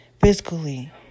physically